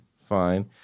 Fine